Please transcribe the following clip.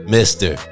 Mister